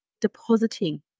depositing